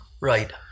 Right